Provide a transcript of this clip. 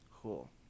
cool